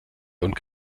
und